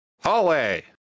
Hallway